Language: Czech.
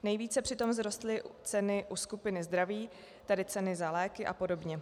Nejvíce přitom vzrostly ceny u skupiny zdraví, tedy ceny za léky apod.